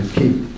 keep